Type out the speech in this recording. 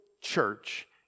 church